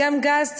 גז,